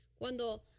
Cuando